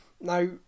Now